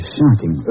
shocking